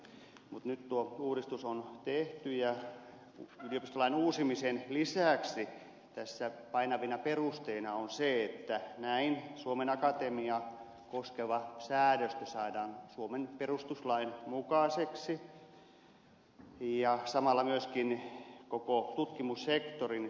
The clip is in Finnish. mutta nyt tuo uudistus on tehty ja yliopistolain uusimisen lisäksi tässä painavana perusteena on se että näin suomen akatemiaa koskeva säädöstö saadaan suomen perustuslain mukaiseksi ja samalla myöskin koko tutkimussektorin tiivis yhteistyö tehostuu